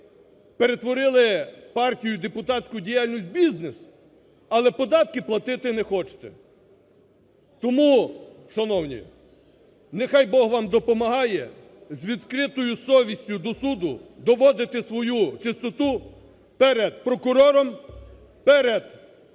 перетворили партію і депутатську діяльність в бізнес, але податки платити не хочете. Тому, шановні, нехай Бог вам допомагає, з відкритою совістю до суду доводити свою чистоту перед прокурором, перед народом